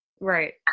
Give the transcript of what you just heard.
Right